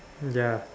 ya